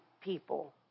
people